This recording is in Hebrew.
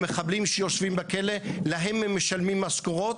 המחבלים שיושבים בכלא להם הם משלמים משכורות,